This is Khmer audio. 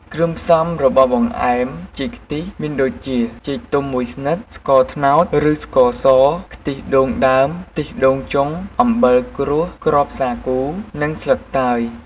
គ្រឿងផ្សំរបស់បង្អែមចេកខ្ទះមានដូចជា ចេកទុំមួយស្និត ស្ករត្នោតឬស្ករស ខ្ទិះដូងដើម ខ្ទិះដូងចុង អំបិលក្រួស គ្រាប់សាគូ និងស្លឺកតើយ។